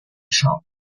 shop